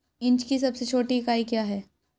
Inch की सबसे छोटी इकाई क्या है?